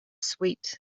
sweet